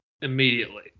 immediately